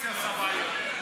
הקואליציה עושה בעיות.